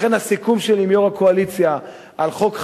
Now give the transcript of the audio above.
לכן הסיכום שלי עם יושב-ראש הקואליציה על חוק חדש,